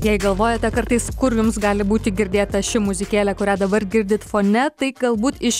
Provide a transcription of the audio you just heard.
jei galvojate kartais kur jums gali būti girdėta ši muzikėlė kurią dabar girdit fone tai galbūt iš